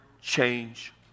change